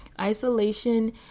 isolation